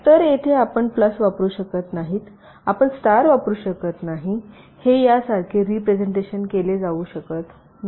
तर येथे आपण प्लस वापरू शकत नाही आपण स्टार वापरू शकत नाही हे यासारखे रिप्रेझेन्टेशन केले जाऊ शकत नाही